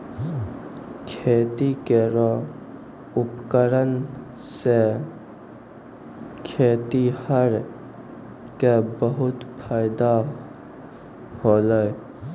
खेती केरो उपकरण सें खेतिहर क बहुत फायदा होलय